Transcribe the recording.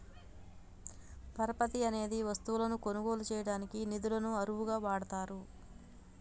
పరపతి అనేది వస్తువులను కొనుగోలు చేయడానికి నిధులను అరువుగా వాడతారు